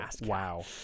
Wow